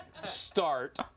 start